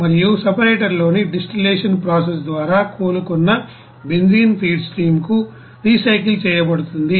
మరియు సెపరేటర్లోని distillation process ద్వారా కోలుకున్న బెంజీన్ ఫీడ్ స్ట్రీమ్కు రీసైకిల్ చేయబడుతుంది